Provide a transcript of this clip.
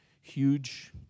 huge